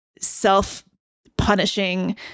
self-punishing